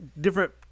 different